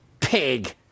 pig